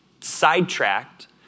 sidetracked